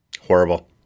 Horrible